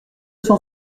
cent